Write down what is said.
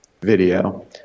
video